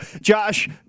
Josh